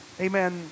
Amen